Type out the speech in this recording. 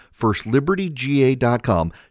firstlibertyga.com